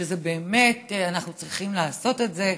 שבאמת אנחנו צריכים לעשות את זה.